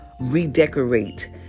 redecorate